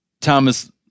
Thomas